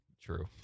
true